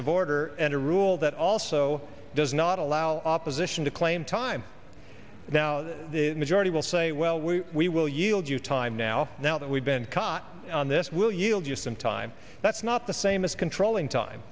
of order and a rule that also does not allow opposition to claim time now majority will say well we we will yield you time now now that we've been caught on this will yield you some time that's not the same as controlling time